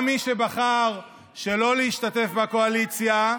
גם מי שבחר שלא להשתתף בקואליציה,